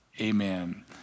amen